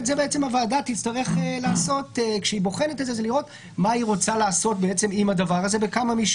כשהוועדה תבחן את זה היא תצטרך להחליט על שאלות שונות בכמה מישורים.